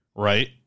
right